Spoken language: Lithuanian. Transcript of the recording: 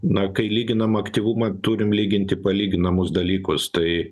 na kai lyginam aktyvumą turim lyginti palyginamus dalykus tai